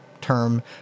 term